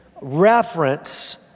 reference